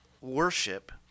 worship